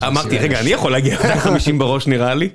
אמרתי, רגע, אני יכול להגיע ל-50 בראש נראה לי.